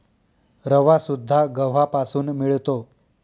रवासुद्धा गव्हापासून मिळतो